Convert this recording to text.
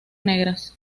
negras